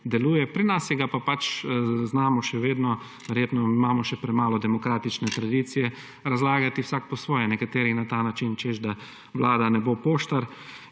deluje, pri nas si ga pa pač znamo še vedno – verjetno imamo še premalo demokratične tradicije – razlagati vsak po svoje. Nekateri na ta način, češ da vlada ne bo poštar